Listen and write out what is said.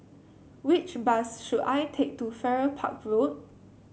which bus should I take to Farrer Park Road